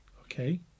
Okay